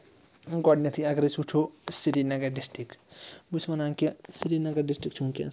گۄڈٕنٮ۪تھٕے اَگر أسۍ وٕچھو سرینَگر ڈِسٹِرٛک بہٕ چھُس وَنان کہِ سرینگر ڈِسٹِرٛک چھِ وٕنۍکٮ۪نَس حَب